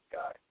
guy